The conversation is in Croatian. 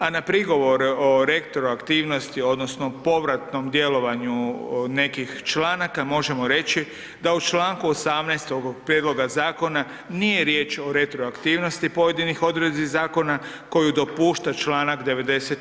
A na prigovor o rektoru aktivnosti odnosno povratnom djelovanju nekih članaka možemo reći da u čl. 18. ovog prijedloga zakona nije riječ o retroaktivnosti pojedinih odredbi zakona koju dopušta čl. 90.